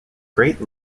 great